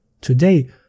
Today